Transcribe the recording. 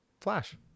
Flash